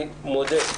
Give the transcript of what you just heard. אני מודה,